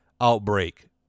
outbreak